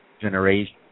generation